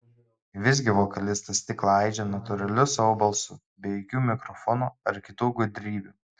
visgi vokalistas stiklą aižė natūraliu savo balsu be jokių mikrofonų ar kitų gudrybių